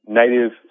native